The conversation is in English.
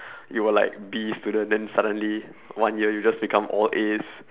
you were like B student then suddenly one year you just become all As